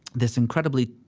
this incredibly,